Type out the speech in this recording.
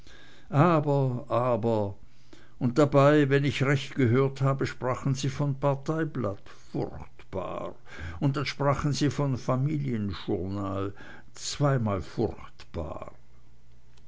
aber aber und dabei wenn ich recht gehört habe sprachen sie von parteiblatt furchtbar und dann sprachen sie von familienjournal zweimal furchtbar